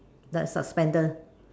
that's suspender